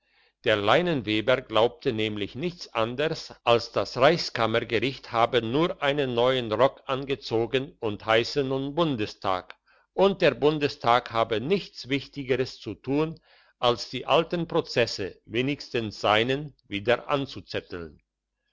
der leineweber glaubte nämlich nichts anders als das reichskammergericht habe nur einen neuen rock angezogen und heisse nun bundestag und der bundestag habe nichts wichtigeres zu tun als die alten prozesse wenigstens seinen wieder anzuzetteln